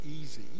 easy